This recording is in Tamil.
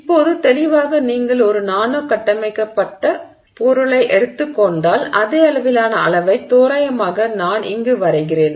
இப்போது தெளிவாக நீங்கள் ஒரு நானோ கட்டமைக்கப்பட்ட பொருளை எடுத்துக் கொண்டால் அதே அளவிலான அளவை தோராயமாக நான் இங்கு வரைகிறேன்